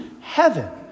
heaven